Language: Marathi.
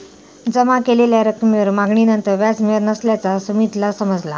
जमा केलेल्या रकमेवर मागणीनंतर व्याज मिळत नसल्याचा सुमीतला समजला